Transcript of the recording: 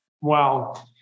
Wow